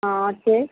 ହଁ ଅଛେ